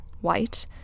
white